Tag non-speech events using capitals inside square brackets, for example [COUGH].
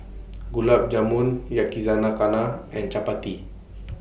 Gulab Jamun [UNINTELLIGIBLE] and Chapati